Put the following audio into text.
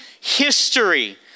history